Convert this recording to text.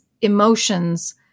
emotions